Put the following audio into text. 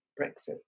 Brexit